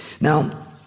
Now